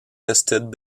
listed